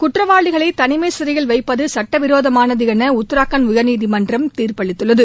குற்றவாளிகளை தனிமை சிறையில் வைப்பது சுட்டவிரோதமானது என உத்ரகாண்ட் உயர்நீதிமன்றம் தீர்ப்பளித்துள்ளது